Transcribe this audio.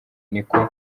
niko